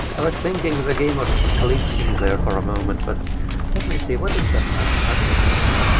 i was thinking the game was glitching there for a moment. but let me see, what is that password actually